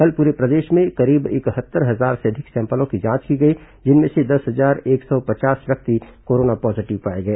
कल पूरे प्रदेश में करीब इकहत्तर हजार से अधिक सैंपलों की जांच की गई जिनमें से दस हजार एक सौ पचास व्यक्ति कोरोना पॉजीटिव पाए गए